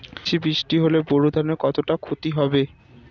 বেশি বৃষ্টি হলে বোরো ধানের কতটা খতি হবে?